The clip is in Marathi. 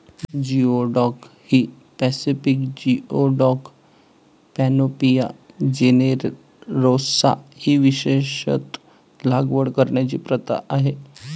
जिओडॅक ही पॅसिफिक जिओडॅक, पॅनोपिया जेनेरोसा ही विशेषत लागवड करण्याची प्रथा आहे